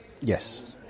Yes